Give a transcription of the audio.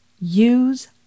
use